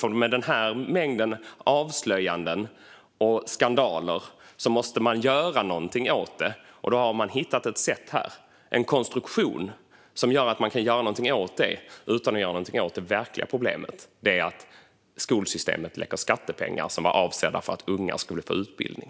För med denna mängd avslöjanden och skandaler måste de göra någonting åt detta. Då har de hittat ett sätt här, en konstruktion som gör att de kan göra någonting åt det utan att göra någonting åt det verkliga problemet - att skolsystemet läcker skattepengar som var avsedda för att unga skulle få utbildning.